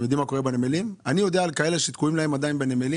אתם יודעים מה קורה בנמלים?